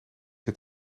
het